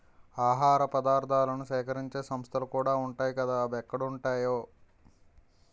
ఆహార పదార్థాలను సేకరించే సంస్థలుకూడా ఉంటాయ్ కదా అవెక్కడుంటాయో